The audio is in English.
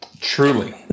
Truly